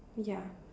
ya